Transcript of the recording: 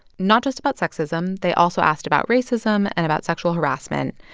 not just about sexism. they also asked about racism and about sexual harassment.